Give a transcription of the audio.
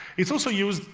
it's also used,